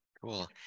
Cool